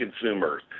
consumers